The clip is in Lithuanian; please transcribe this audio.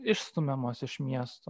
išstumiamos iš miestų